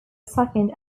second